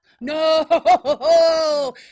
No